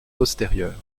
postérieures